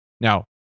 Now